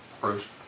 Bruce